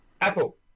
Apple